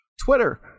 Twitter